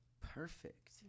perfect